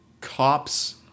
cops